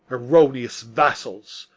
erroneous vassals!